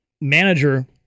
manager